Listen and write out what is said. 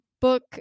book